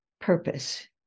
purpose